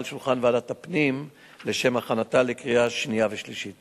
על שולחן ועדת הפנים לשם הכנתה לקריאה שנייה ולקריאה שלישית.